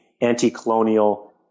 anti-colonial